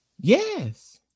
Yes